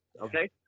okay